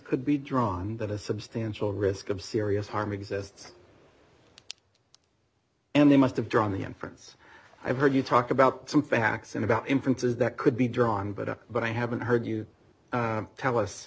could be drawn that a substantial risk of serious harm exists and they must have drawn the inference i've heard you talk about some facts and about inferences that could be drawn but but i haven't heard you tell us